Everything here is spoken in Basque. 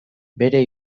bere